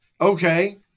okay